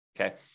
Okay